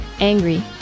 Angry